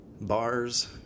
bars